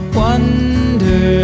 wonder